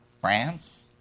France